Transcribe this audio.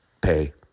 pay